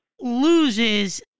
loses